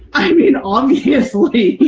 i mean obviously!